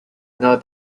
not